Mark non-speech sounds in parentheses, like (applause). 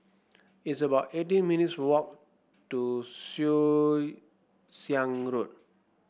it's about eighteen minutes walk to (unintelligible) Siang Road